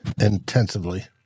Intensively